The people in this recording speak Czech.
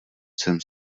jsem